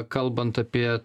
kalbant apie